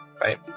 right